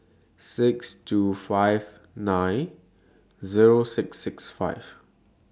six two five nine Zero six six five